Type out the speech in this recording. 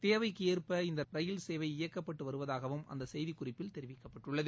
தேவைக்கேற்ப இந்தரயில் இயக்கப்பட்டுவருவதாகவும் சேவை அந்தசெய்திக்குறிப்பில் தெரிவிக்கப்பட்டுள்ளது